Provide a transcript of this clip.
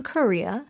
Korea